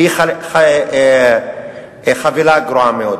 היא חבילה גרועה מאוד.